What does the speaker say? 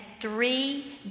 three